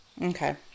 Okay